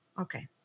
okay